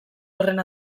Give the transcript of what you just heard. horren